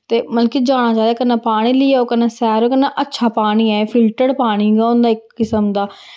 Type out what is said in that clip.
ते मतलब कि जाना चाहिदा कन्नै पानी ली आओ कन्नै सैर कन्नै अच्छा पानी ऐ फिल्टर्ड पानी गै होंदा इक किस्म दा